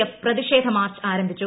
F പ്രതിഷേധ മാർച്ച് ആരംഭിച്ചു